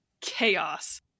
chaos